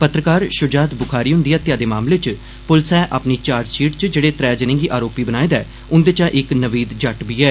पत्रकार शुजात बुखारी हुन्दी हत्तेआ दे मामले च पुलस नै अपनी चार्जशीट च जेड़े त्रै जने गी आरोपी बनाए दा ऐ उन्दे चा इक्क नावीद जट्ट ऐ